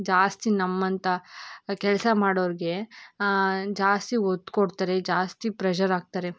ಜಾಸ್ತಿ ನಮ್ಮಂಥ ಕೆಲಸ ಮಾಡೋರಿಗೆ ಜಾಸ್ತಿ ಒತ್ತು ಕೊಡ್ತಾರೆ ಜಾಸ್ತಿ ಪ್ರೆಷರ್ ಹಾಕ್ತಾರೆ